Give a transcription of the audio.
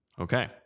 Okay